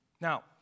Now